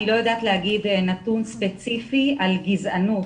לתת נתון ספציפי על גזענות,